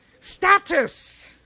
Status